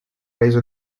reso